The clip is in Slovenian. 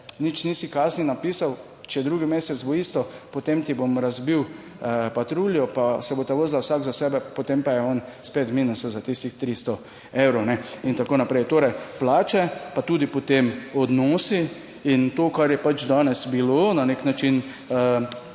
nič nisi kazni napisal, če drugi mesec bo isto, potem ti bom razbil patruljo, pa se bosta vozila vsak za sebe, potem pa je on spet v minusu za tistih 300 evrov in tako naprej. Torej plače pa tudi potem odnosi in to, kar je pač danes bilo na nek način